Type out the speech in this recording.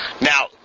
Now